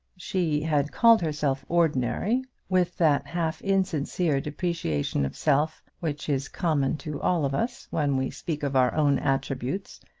she had called herself ordinary with that half-insincere depreciation of self which is common to all of us when we speak of our own attributes,